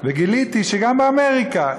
וגיליתי שגם באמריקה,